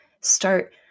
start